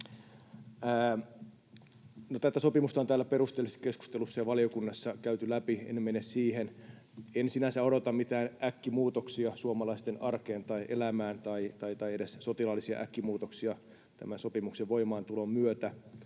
tätä sopimusta on täällä perusteellisesti keskustelussa ja valiokunnassa käyty läpi, ja en mene siihen. En sinänsä odota mitään äkkimuutoksia suomalaisten arkeen tai elämään tai edes sotilaallisia äkkimuutoksia tämän sopimuksen voimaantulon myötä,